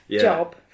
job